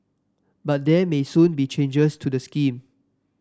but there may soon be changes to the scheme